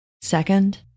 Second